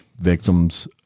victims